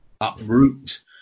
uproot